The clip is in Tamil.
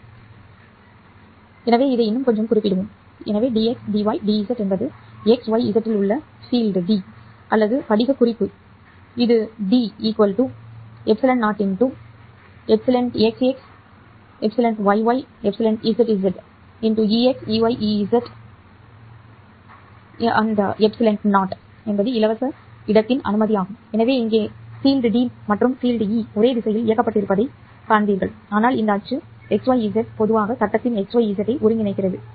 எனவே இதை இன்னும் கொஞ்சம் குறிப்பிடுவோம் எனவே DX DY DZ என்பது X Y Z இல் உள்ள fieldD புலம் அல்லது படிகக் குறிப்புக் குறிப்பு இது ́D ε0 εXX 0 0 0 εYY 0 0 0 ZZ க்கு சமம் space0 என்பது இலவச இடத்தின் அனுமதி ஆகும் எனவே இங்கே fieldD புலம் மற்றும் fieldE புலம் ஒரே திசையில் இயக்கப்பட்டிருப்பதைக் காண்பீர்கள் ஆனால் இந்த அச்சு X Y Z பொதுவாக சட்டத்தின் xyz ஐ ஒருங்கிணைக்கிறது